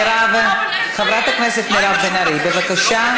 מירב, חברת הכנסת מירב בן ארי, בבקשה.